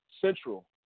Central